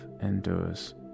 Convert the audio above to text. endures